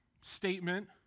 statement